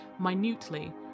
minutely